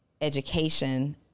education